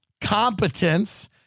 competence